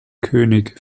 könig